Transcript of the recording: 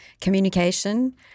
communication